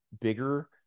bigger